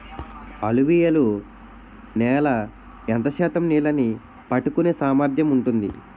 అలువియలు నేల ఎంత శాతం నీళ్ళని పట్టుకొనే సామర్థ్యం ఉంటుంది?